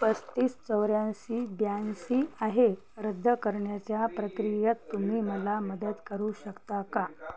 पस्तीस चौऱ्याऐंशी ब्याऐंशी आहे रद्द करण्याच्या प्रक्रियेत तुम्ही मला मदत करू शकता का